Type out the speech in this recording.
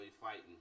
Fighting